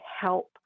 help